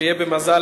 שיהיה במזל.